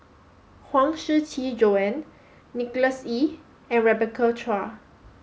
Huang Shiqi Joan Nicholas Ee and Rebecca Chua